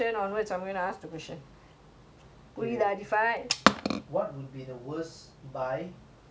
okay wait wait what would be the worst buy buy one get one free sale ever